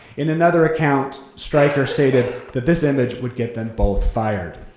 in another account, stryker stated that this image would get them both fired.